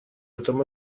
этом